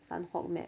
sanhok map